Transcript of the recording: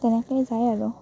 তেনেকেই যায় আৰু